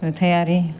नुथायारि